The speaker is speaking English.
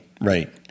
right